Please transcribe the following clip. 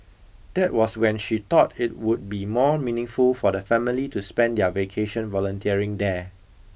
that was when she thought it would be more meaningful for the family to spend their vacation volunteering there